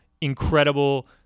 incredible